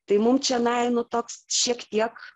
tai mum čionai nu toks šiek tiek